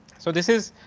so, this is